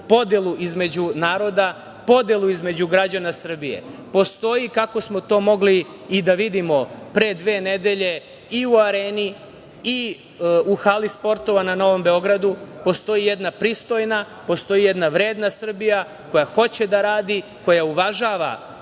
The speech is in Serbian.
podelu između naroda, podelu između građana Srbije. Kako smo to mogli i da vidimo pre dve nedelje i u Areni, i u Hali sportova na Novom Beogradu, postoji jedna pristojna, postoji jedna vredna Srbija koja hoće da radi, koja uvažava